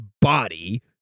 body